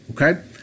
Okay